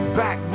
back